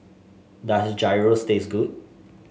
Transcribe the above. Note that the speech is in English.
does Gyros taste good